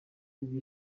ibyo